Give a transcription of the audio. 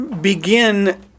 begin